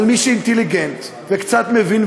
אבל מי שאינטליגנט וקצת מבין,